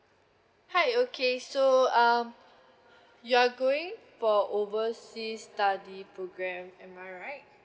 hi okay so um you are going for oversea study programme am I right